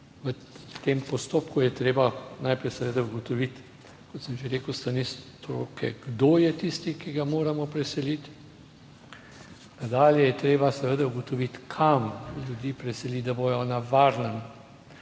v tem postopku je treba najprej seveda ugotoviti, kot sem že rekel s strani stroke, kdo je tisti, ki ga moramo preseliti. Dalje je treba seveda ugotoviti kam ljudi preseliti, da bodo na varnem.